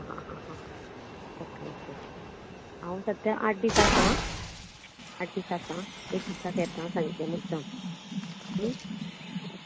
आ हा हा हा ओके ओके हांव सद्या आठ दीस आसा आठ दीस आसा एक दिसाक येता सांजे मुद्दम